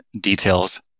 details